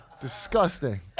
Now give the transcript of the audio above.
Disgusting